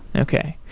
okay.